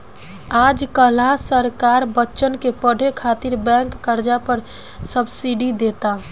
आज काल्ह सरकार बच्चन के पढ़े खातिर बैंक कर्जा पर सब्सिडी देता